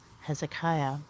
Hezekiah